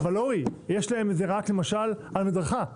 אורי, אבל יש להם את זה רק למשל על מדרכה.